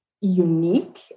unique